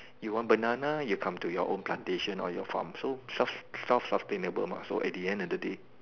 you want banana you come to your own plantation or your farm so self self sustainable mah at the end of the day